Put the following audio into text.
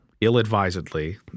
ill-advisedly